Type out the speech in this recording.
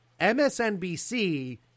MSNBC